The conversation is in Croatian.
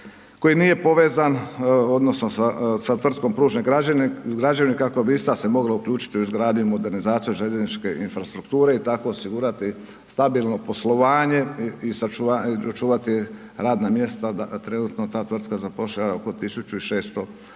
koji nije povezan odnosno sa, sa tvrtkom Pružne građevine kako bi ista se mogla uključiti u izgradnju i modernizaciju željezničke infrastrukture i tako osigurati stabilno poslovanje i očuvati radna mjesta da, trenutno ta tvrtka zapošljava oko 1600